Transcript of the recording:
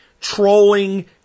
trolling